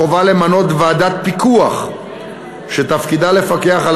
החובה למנות ועדת פיקוח שתפקידה לפקח על